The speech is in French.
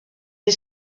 est